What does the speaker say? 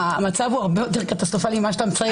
והמצב הוא הרבה יותר קטסטרופלי ממה שאתה מייצר.